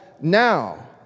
now